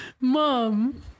Mom